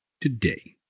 today